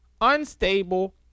unstable